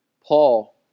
Paul